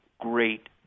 great